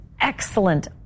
excellent